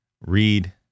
read